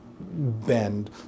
bend